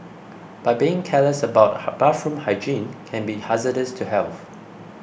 but being careless about bathroom hygiene can be hazardous to health